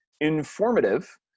informative